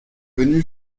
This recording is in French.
venu